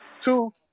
Two